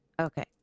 okay